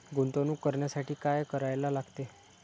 गुंतवणूक करण्यासाठी काय करायला लागते?